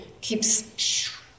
Keeps